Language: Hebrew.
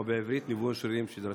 ובעברית ניוון שרירים שדרתי.